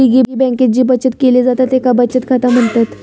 piggy बँकेत जी बचत केली जाता तेका बचत खाता म्हणतत